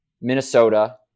Minnesota